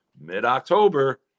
Mid-October